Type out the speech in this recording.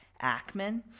Ackman